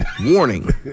warning